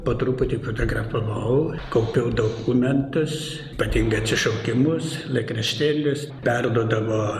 po truputį fotografavau kaupiau dokumentus ypatingai atsišaukimus laikraštėlius perduodavo